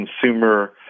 consumer